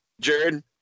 Jared